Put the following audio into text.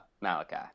Malachi